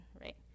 right